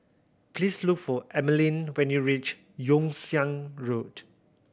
please look for Emeline when you reach Yew Siang Road